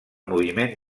moviment